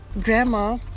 Grandma